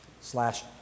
slash